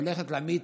הולכת להמיט,